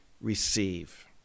receive